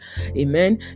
Amen